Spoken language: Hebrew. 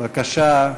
בבקשה,